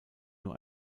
nur